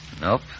Nope